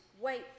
wait